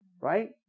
right